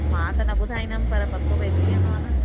मां त न ॿुधाईंदमि पर पतो पइजी वेंदो आहे न